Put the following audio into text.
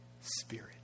Spirit